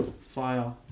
Fire